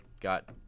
got